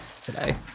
today